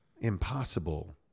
impossible